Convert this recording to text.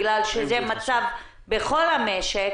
בגלל שזה המצב בכל המשק,